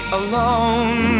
alone